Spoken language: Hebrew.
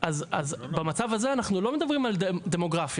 למה עלה ספק?